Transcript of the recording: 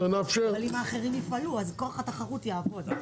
אבל אם האחרים יפעלו, כוח התחרות יעבוד.